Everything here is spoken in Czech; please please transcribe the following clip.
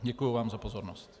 Děkuji vám za pozornost.